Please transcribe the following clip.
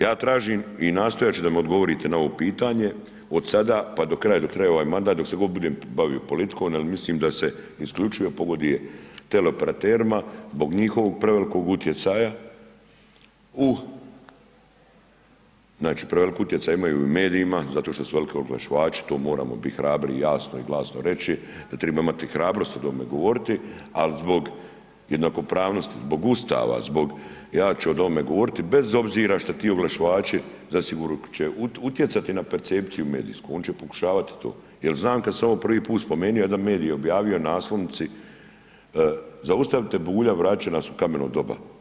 Ja tražim i nastojati ću da mi odgovorite na ovo pitanje, od sada pa do kraja dok traje ovaj mandat, dok se god budem bavio politikom ali mislim da se isključivo pogoduje teleoperaterima zbog njihovog prevelikog utjecaja u, znači prevelik utjecaj imaju i u medijima zato što su veliki oglašivači, to moramo biti hrabri i jasno i glasno reći da treba imati hrabrosti o tome govoriti, ali zbog jednakopravnosti, zbog Ustava, ja ću o tome govoriti bez obzira što ti oglašivači zasigurno će utjecati na percepciju medijsku, on će pokušavati to jer znam kad sam ovo prvi put spomenuo, jedan medij je objavio na naslovnici, zaustavite Bulja, vraća nas u kameno doba.